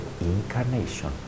Incarnation